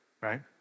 right